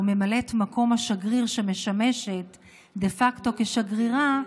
או ממלאת מקום השגריר שמשמשת דה פקטו כשגרירה,